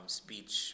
speech